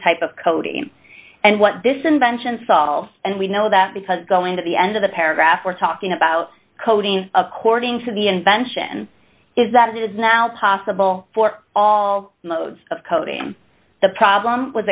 type of coding and what this invention solves and we know that because going to the end of the paragraph we're talking about coding according to the invention is that it is now possible for all modes of coding the problem w